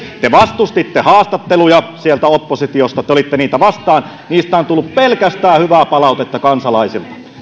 te vastustitte haastatteluja sieltä oppositiosta te olitte niitä vastaan niistä on tullut pelkästään hyvää palautetta kansalaisilta